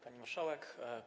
Pani Marszałek!